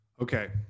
Okay